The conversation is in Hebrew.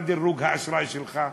מה דירוג האשראי שלך?